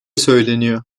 söyleniyor